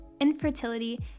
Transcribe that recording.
infertility